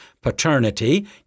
paternity